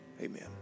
Amen